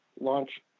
launch